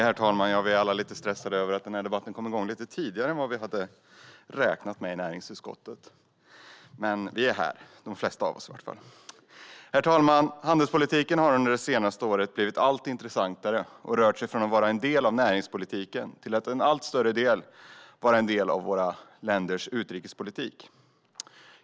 Herr talman! Handelspolitiken har under det senaste året blivit allt intressantare. Den har rört sig från att vara en del av näringspolitiken till att alltmer vara en del av våra länders utrikespolitik.